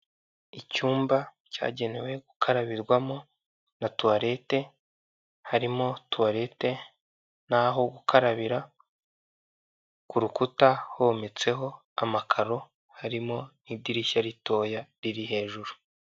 Icyumba cyagenewe gukarabirwamo na tuwarete, harimo tuwarete naho gukarabira ku rukuta hometseho amakaro harimo n'idirishya ritoya riri hejuru.